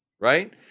Right